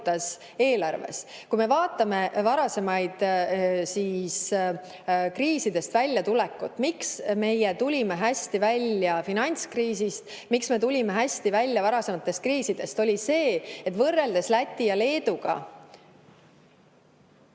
eelarves. Vaatame varasemaid kriisidest väljatulekuid. [Põhjus], miks meie tulime hästi välja finantskriisist, miks me tulime hästi välja varasematest kriisidest, oli see, et võrreldes Läti ja Leeduga ...